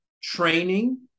training